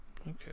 okay